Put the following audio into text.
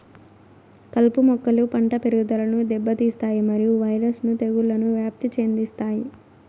కలుపు మొక్కలు పంట పెరుగుదలను దెబ్బతీస్తాయి మరియు వైరస్ ను తెగుళ్లను వ్యాప్తి చెందిస్తాయి